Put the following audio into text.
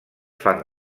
fan